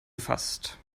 gefasst